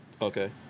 okay